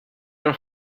her